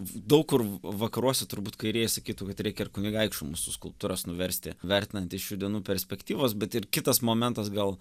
daug kur vakaruose turbūt kairė sakytų kad reikia ir kunigaikščių mūsų skulptūras nuversti vertinant iš šių dienų perspektyvos bet ir kitas momentas gal